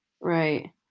Right